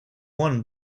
one